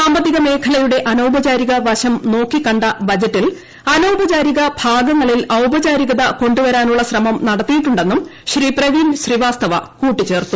സാമ്പത്തിക മേഖലയുടെ അനൌപചാരിക വശം നോക്കിക്കണ്ട ബജറ്റിൽ അനൌപചാരിക ഭാഗങ്ങളിൽ ഔപചാരികത കൊണ്ടുവരാനുള്ള ശ്രമം നടത്തിയിട്ടുണ്ടെന്നും ശ്രീ പ്രവീൺ വാസ്തവ കൂട്ടിച്ചേർത്തു